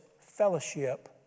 fellowship